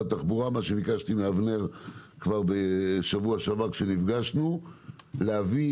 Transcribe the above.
התחבורה מה שביקשתי מאבנר בשבוע שעבר כשנפגשנו להביא